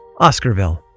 oscarville